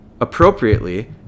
appropriately